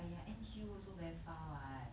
!aiya! N_T_U also very far what